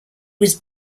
was